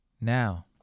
Now